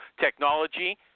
technology